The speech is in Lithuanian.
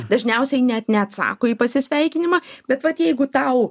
dažniausiai net neatsako į pasisveikinimą bet vat jeigu tau